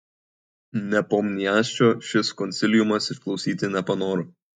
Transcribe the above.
nepomniaščio šis konsiliumas išklausyti nepanoro